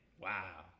Wow